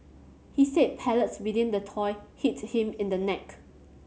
he said pellets within the toy hit him in the neck